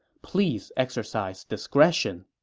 please exercise discretion.